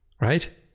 right